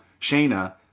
Shayna